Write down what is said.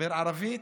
שמדבר ערבית,